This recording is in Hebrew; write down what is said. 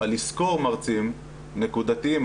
לשכור מרצים נקודתיים,